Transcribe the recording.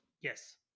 Yes